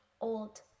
old